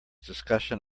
discussion